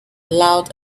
loud